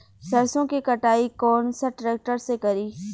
सरसों के कटाई कौन सा ट्रैक्टर से करी?